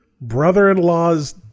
brother-in-law's